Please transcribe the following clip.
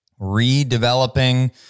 redeveloping